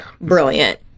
brilliant